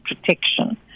protection